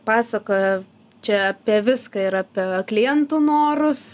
pasakoja čia apie viską ir apie klientų norus